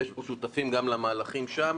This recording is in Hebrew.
ויש פה שותפים גם למהלכים שם.